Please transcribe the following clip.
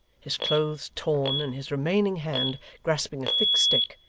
his clothes torn, and his remaining hand grasping a thick stick,